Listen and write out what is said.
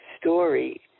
story